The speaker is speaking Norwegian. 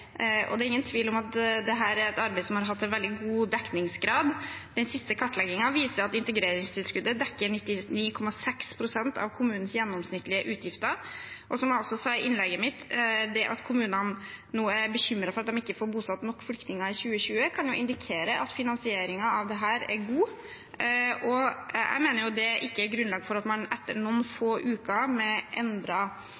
Det er ingen tvil om at dette er et arbeid som har hatt veldig god dekningsgrad. Den siste kartleggingen viser at integreringstilskuddet dekker 99,6 pst. av kommunenes gjennomsnittlige utgifter. Og som jeg også sa i innlegget mitt: Det at kommunene nå er bekymret for at de ikke får bosatt nok flyktninger i 2020, kan indikere at finansieringen av dette er god. Jeg mener at det ikke er grunnlag for at man etter noen få